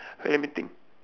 let me think